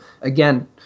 again